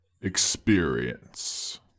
experience